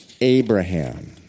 Abraham